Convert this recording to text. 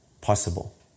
possible